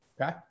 okay